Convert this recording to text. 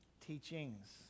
Teachings